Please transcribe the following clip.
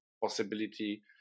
possibility